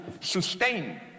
sustain